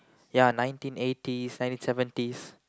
ya nineteen eighties nineteen seventies